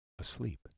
asleep